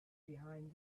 behind